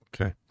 okay